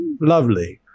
lovely